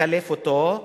מקלף אותו,